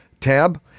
tab